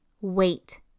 wait